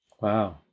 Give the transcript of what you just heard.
Wow